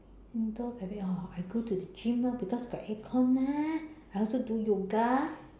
indoor like that orh I go to the gym lah cause got air con leh I also do yoga